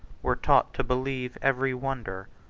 were taught to believe every wonder,